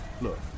Look